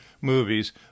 movies